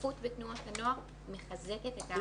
השתתפות בתנועות נוער מחזקת את ההערכה העצמית.